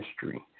history